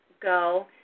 go